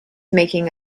making